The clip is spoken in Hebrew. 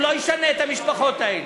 הוא לא ישנה את המשפחות האלה.